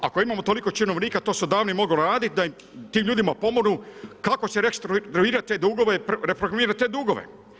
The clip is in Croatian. Ako imamo toliko činovnika to se odavno moglo raditi da se tim ljudima pomogne, kako … te dugove, reprogramirati te dugove.